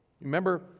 Remember